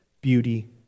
beauty